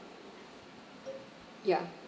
ya